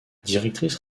directrice